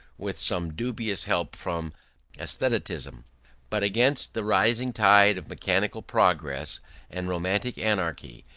with some dubious help from aestheticism but against the rising tide of mechanical progress and romantic anarchy,